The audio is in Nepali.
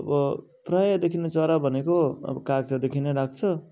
अब प्रायः देखिने चरा भनेको अब काग त देखी नै राख्छ